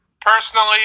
Personally